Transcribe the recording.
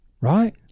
right